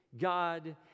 God